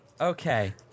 Okay